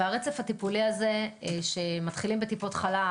והרצף הטיפולי הזה שמתחילים בטיפות חלב,